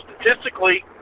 statistically